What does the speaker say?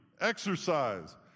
exercise